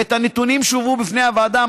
ואת הנתונים שהובאו בפני הוועדה,